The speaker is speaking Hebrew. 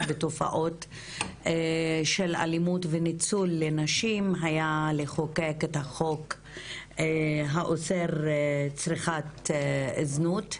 בתופעות של אלימות וניצול של נשים היה לחוקק את החוק האוסר צריכת זנות.